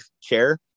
chair